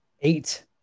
Eight